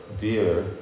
dear